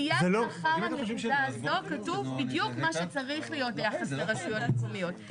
מיד לאחר הנקודה הזאת כתוב בדיוק מה שצריך להיות ביחס לרשויות מקומיות.